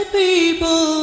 people